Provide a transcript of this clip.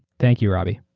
thank you, robby.